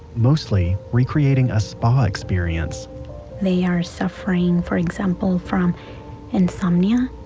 mostly recreating a spa experience they are suffering, for example, from insomnia.